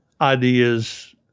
ideas